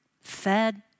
fed